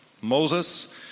Moses